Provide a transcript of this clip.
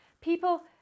People